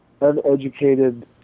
uneducated